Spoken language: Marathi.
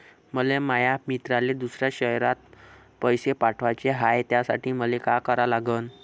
मले माया मित्राले दुसऱ्या शयरात पैसे पाठवाचे हाय, त्यासाठी मले का करा लागन?